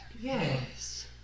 Yes